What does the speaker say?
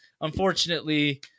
Unfortunately